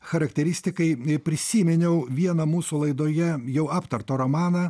charakteristikai prisiminiau vieną mūsų laidoje jau aptartą romaną